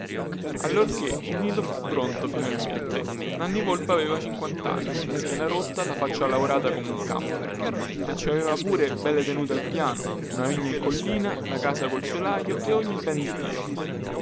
allorchè il nido fu pronto finalmente nanni volpe aveva cinquantanni la schiena rotta la faccia lavorata come un campo ma ci aveva pure belle tenute al piano una vigna in collina la casa col solaio e ogni ben di dio